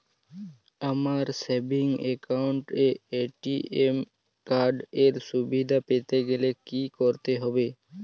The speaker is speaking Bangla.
আমার সেভিংস একাউন্ট এ এ.টি.এম কার্ড এর সুবিধা পেতে গেলে কি করতে হবে?